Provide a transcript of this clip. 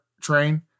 train